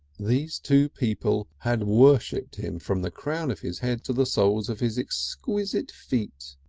these two people had worshipped him from the crown of his head to the soles of his exquisite feet.